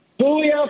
Julia